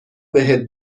بهت